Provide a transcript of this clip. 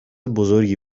بزرگی